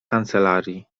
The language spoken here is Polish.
kancelarii